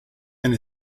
and